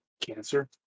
cancer